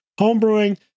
homebrewing